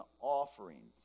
offerings